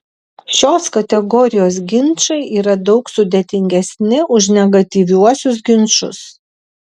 šios kategorijos ginčai yra daug sudėtingesni už negatyviuosius ginčus